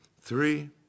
three